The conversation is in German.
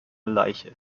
leiche